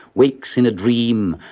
wakes in a dream,